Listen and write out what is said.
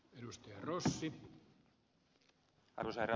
arvoisa herra puhemies